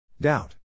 Doubt